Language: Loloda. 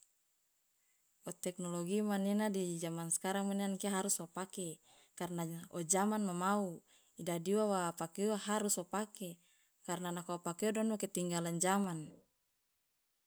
o teknologi manena di zaman sekarang mane an kia harus wa pake karna ozaman ma mau idadi uwa wa pake uwa harus wa pake karna nako wa pake uwa don wo ketinggalan zaman.